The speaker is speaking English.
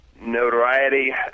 notoriety